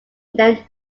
their